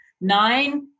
Nine